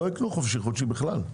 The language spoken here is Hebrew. לא יקנו חודשי-חופשי בכלל.